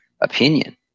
opinion